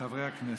חברי הכנסת,